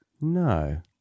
No